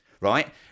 right